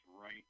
right